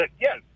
Yes